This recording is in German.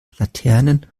laternen